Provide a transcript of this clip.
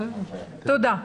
תודה.